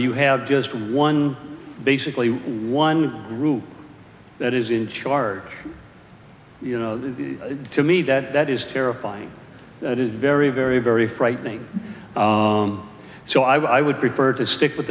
you have just one basically one group that is in charge you know to me that that is terrifying that is very very very frightening so i would prefer to stick with